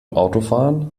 autofahren